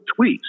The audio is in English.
tweets